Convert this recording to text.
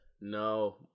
No